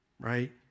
right